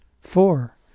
Four